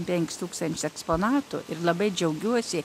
penkis tūkstančius eksponatų ir labai džiaugiuosi